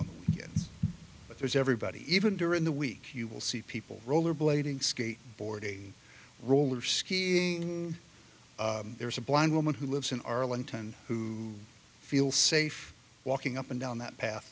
it but there's everybody even during the week you will see people roller blading skateboarding roller skiing there's a blind woman who lives in arlington who feel safe walking up and down that path